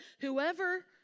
whoever